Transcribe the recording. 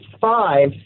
five